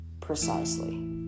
precisely